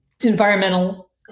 environmental